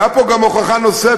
הייתה פה גם הוכחה נוספת.